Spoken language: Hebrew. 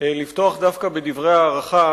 לפתוח דווקא בדברי הערכה